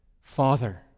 Father